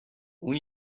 اون